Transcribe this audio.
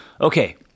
Okay